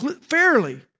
fairly